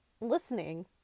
listening